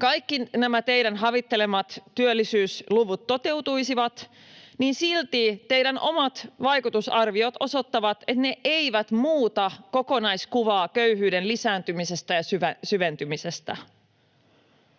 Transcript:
kaikki teidän havittelemat työllisyysluvut toteutuisivat, niin silti teidän omat vaikutusarviot osoittavat, että ne eivät muuta kokonaiskuvaa köyhyyden lisääntymisestä ja syventymisestä.